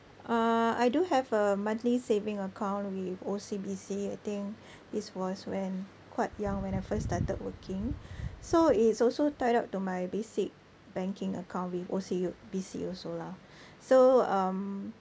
uh I do have a monthly saving account with O_C_B_C I think this was when quite young when I first started working so it's also tied up to my basic banking account with O_C_B_C also lah so um